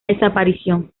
desaparición